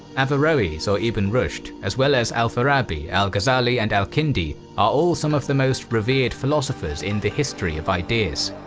averoes or so ibn rushd, as well as al-farabi, al-ghazali, and al-kindi are all some of the most revered philosophers in the history of ideas.